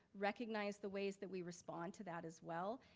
recognize the ways that we respond to that as well.